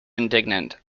indignant